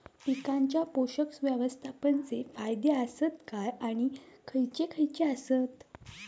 पीकांच्या पोषक व्यवस्थापन चे फायदे आसत काय आणि खैयचे खैयचे आसत?